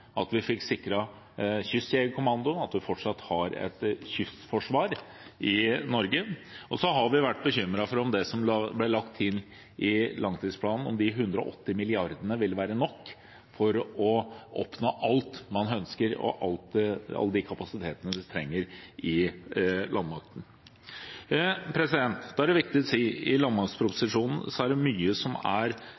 at vi fikk sikret Kystjegerkommandoen, at vi fortsatt har et kystforsvar i Norge. Så har vi vært bekymret for om det som ble lagt til i langtidsplanen, de 180 milliardene, ville være nok for å oppnå alt man ønsker, og alle de kapasitetene man trenger i landmakten. Da er det viktig å si at i